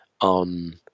on